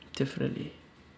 definitely